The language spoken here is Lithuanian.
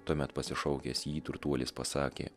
tuomet pasišaukęs jį turtuolis pasakė